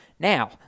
Now